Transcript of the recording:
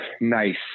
nice